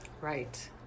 right